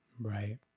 right